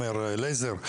לייזר,